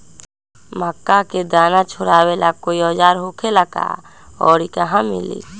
मक्का के दाना छोराबेला कोई औजार होखेला का और इ कहा मिली?